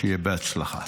שיהיה בהצלחה.